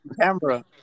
camera